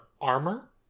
armor